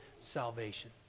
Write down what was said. salvation